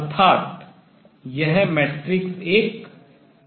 अर्थात यह मैट्रिक्स एक constant अचर है